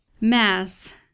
Mass